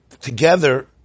together